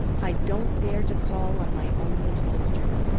i don't dare to call on my only sister!